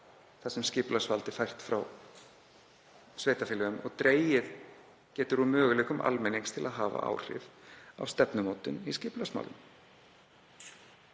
þar sem skipulagsvaldið er fært frá sveitarfélögunum og getur dregið úr möguleikum almennings til að hafa áhrif á stefnumótun í skipulagsmálum.